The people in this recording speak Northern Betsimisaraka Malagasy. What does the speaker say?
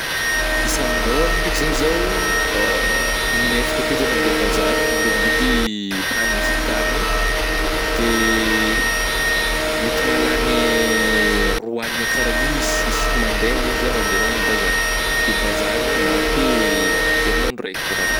Isam-bôlagna ndraiky zegny zaho in-efatra akeo zah mandeha a bazary mandeha mividy hagnina sy ny tarigny, de mety mahalagny roa aligna ka raha igny is-isaky mandeha zegny zah mande magnano bazary, de bazary zany mahampy herinandro raika kô ra-raha.